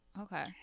Okay